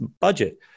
budget